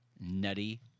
nutty